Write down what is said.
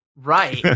Right